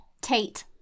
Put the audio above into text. Tate